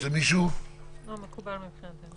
מקבלי ההחלטות זה שלושה,